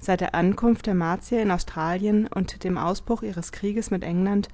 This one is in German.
seit der ankunft der martier in australien und dem ausbruch ihres krieges mit england